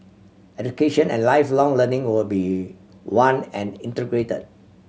education and Lifelong Learning will be one and integrated